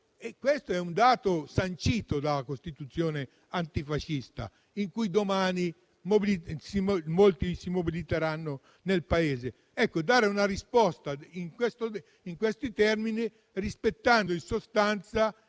Questo è un dato sancito dalla Costituzione antifascista, per cui domani molti si mobiliteranno nel Paese. Occorre dare una risposta in questi termini, rispettando in sostanza